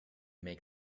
make